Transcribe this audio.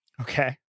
Okay